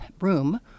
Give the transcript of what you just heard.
room